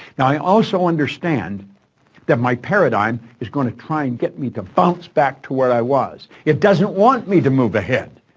now, i also understand that my paradigm is going to try and get me to bounce back to where i was. it doesn't want me to move ahead.